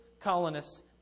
colonists